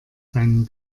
seinem